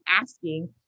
asking